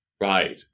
Right